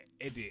edit